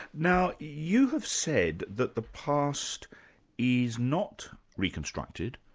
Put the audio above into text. now, you have said that the past is not reconstructed,